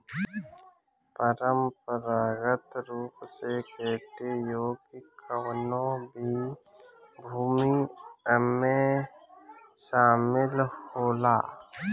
परंपरागत रूप से खेती योग्य कवनो भी भूमि एमे शामिल होला